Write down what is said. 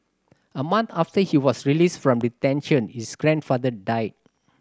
a month after he was released from detention his grandfather died